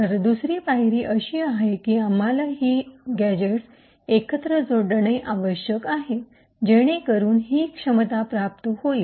तर दुसरी पायरी अशी आहे की आम्हाला ही गॅझेट एकत्र जोडणे आवश्यक आहे जेणेकरुन ही कार्यक्षमता प्राप्त होईल